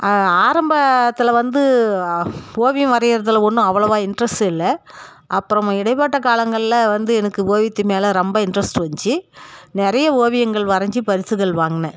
ஆரம்பத்தில் வந்து ஓவியம் வரையறதுல ஒன்றும் அவ்வளோவா இன்ட்ரெஸ்ட்டு இல்லை அப்புறம் இடைப்பட்ட காலங்களில் வந்து எனக்கு ஓவியத்தின் மேலே ரொம்ப இன்ட்ரெஸ்ட் வந்துச்சு நிறைய ஓவியங்கள் வரைஞ்சு பரிசுகள் வாங்கினேன்